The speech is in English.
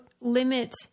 limit